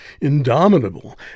indomitable